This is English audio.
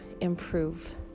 improve